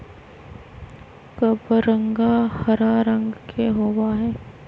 कबरंगा हरा रंग के होबा हई